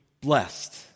blessed